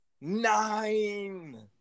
Nine